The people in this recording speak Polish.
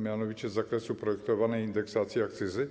Mianowicie z zakresu projektowanej indeksacji akcyzy